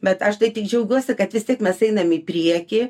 bet aš tai tik džiaugiuosi kad vis tiek mes einam į priekį